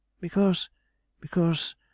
Because—because—